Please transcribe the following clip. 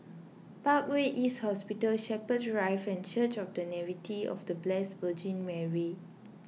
Parkway East Hospital Shepherds Drive and Church of the Nativity of the Blessed Virgin Mary